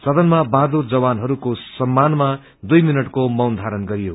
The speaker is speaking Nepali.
सदनमा बहादुर जवानहरूको सम्मानमा दुई मिनटको मौन धारण गरियो